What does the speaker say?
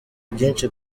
byinshi